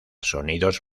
sonidos